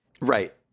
Right